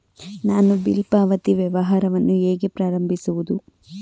ನಾನು ಬಿಲ್ ಪಾವತಿ ವ್ಯವಹಾರವನ್ನು ಹೇಗೆ ಪ್ರಾರಂಭಿಸುವುದು?